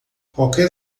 qualquer